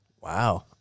Wow